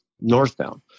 northbound